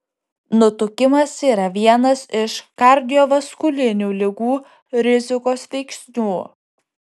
nutukimas yra vienas iš kardiovaskulinių ligų rizikos veiksnių